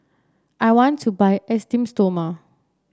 I want to buy Esteem Stoma